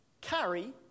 carry